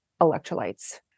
electrolytes